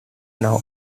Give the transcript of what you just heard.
now